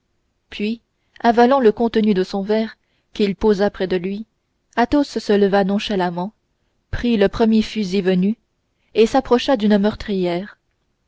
puis avalant le contenu de son verre qu'il posa près de lui athos se leva nonchalamment prit le premier fusil venu et s'approcha d'une meurtrière